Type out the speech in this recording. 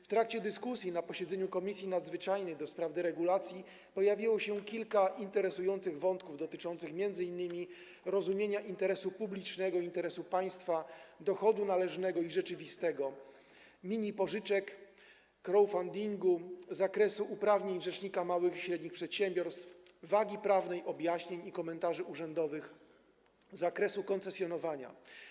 W trakcie dyskusji na posiedzeniu Komisji Nadzwyczajnej do spraw deregulacji pojawiło się kilka interesujących wątków dotyczących m.in. rozumienia interesu publicznego, interesu państwa, dochodu należnego, dochodu rzeczywistego, minipożyczek, crowdfundingu, zakresu uprawnień rzecznika małych i średnich przedsiębiorców, wagi prawnej, objaśnień i komentarzy urzędowych z zakresu koncesjonowania.